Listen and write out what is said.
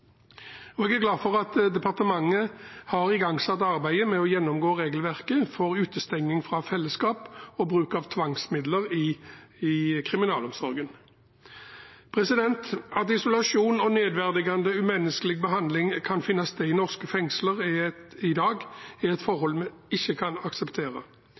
Og jeg er glad for at departementet har igangsatt arbeidet med å gjennomgå regelverket for utestenging fra fellesskap og bruk av tvangsmidler i kriminalomsorgen. At isolasjon og nedverdigende, umenneskelig behandling kan finne sted i norske fengsler i dag, er et forhold vi ikke kan akseptere.